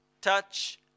touch